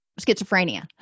schizophrenia